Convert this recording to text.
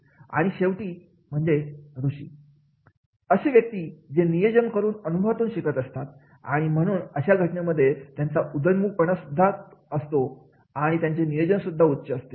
आणि शेवटी ऋषी असे व्यक्ती जेनियोजन करून अनुभवातून शिकत असतात आणि म्हणून अशा घटनेमध्ये त्यांचा उदयन मुख पणा सुद्धा तोच असतो आणि त्यांचे नियोजन सुद्धा उच्च असतं